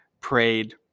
prayed